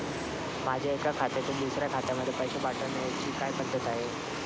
माझ्या एका खात्यातून दुसऱ्या खात्यामध्ये पैसे पाठवण्याची काय पद्धत आहे?